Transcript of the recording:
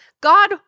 God